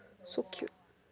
so cute